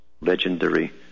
legendary